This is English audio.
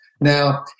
Now